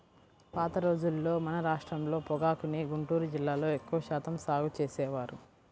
పాత రోజుల్లో మన రాష్ట్రంలో పొగాకుని గుంటూరు జిల్లాలో ఎక్కువ శాతం సాగు చేసేవారు